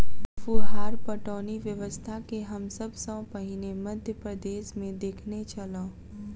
फुहार पटौनी व्यवस्था के हम सभ सॅ पहिने मध्य प्रदेशमे देखने छलौं